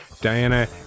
diana